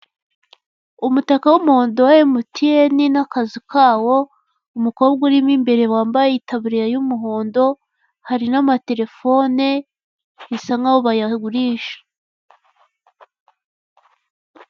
Umutaka w'umuhondo wa emutiyeni n'akazu kawo umukobwa urimo imbere wambaye itaburiya y'umuhondo hari n'amaterefone bisa nkaho bayagurisha.